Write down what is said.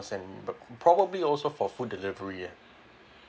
and but probably also for food delivery ya